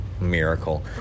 miracle